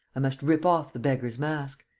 i must rip off the beggar's mask.